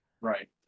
right